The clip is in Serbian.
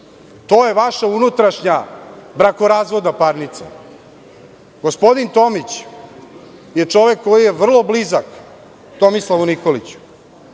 To je vaša unutrašnja brakorazvodna parnica. Gospodin Tomić je čovek koji je vrlo blizak Tomislavu Nikoliću